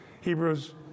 Hebrews